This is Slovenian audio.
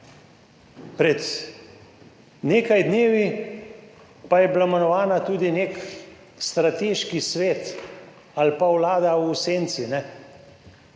Pred nekaj dnevi pa je bila imenovana tudi v nek strateški svet ali pa Vlada v senci.